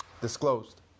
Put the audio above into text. disclosed